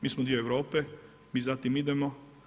Mi smo dio Europe, mi za tim idemo.